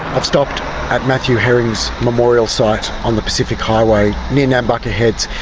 i've stopped at matthew herring's memorial site on the pacific highway near nambucca heads.